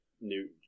new